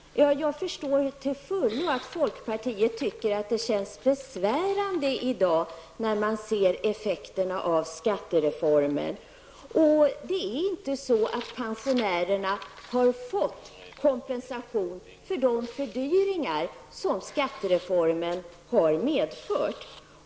Herr talman! Jag förstår till fullo att folkpartiet tycker att det känns besvärande i dag, när man ser effekterna av skattereformen. Pensionärerna har inte fått kompensation för de fördyringar som skattereformen har medfört.